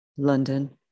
London